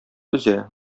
өзә